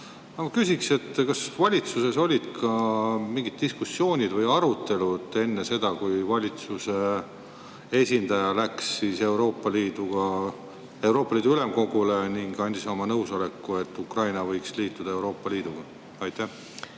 küsin: kas valitsuses olid ka mingid diskussioonid, arutelud enne seda, kui valitsuse esindaja läks Euroopa Liidu ülemkogule ning andis oma nõusoleku, et Ukraina võiks liituda Euroopa Liiduga? Aitäh,